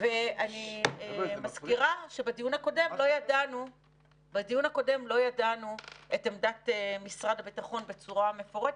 ואני מזכירה שבדיון הקודם לא ידענו את עמדת משרד הביטחון בצורה מפורטת,